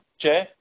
Jay